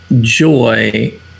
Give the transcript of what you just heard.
joy